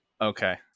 Okay